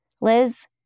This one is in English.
Liz